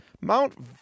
Mount